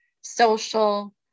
social